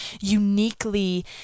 uniquely